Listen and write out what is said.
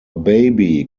baby